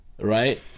right